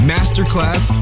Masterclass